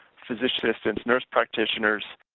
physician assistants, nurse practitioners,